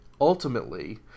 ultimately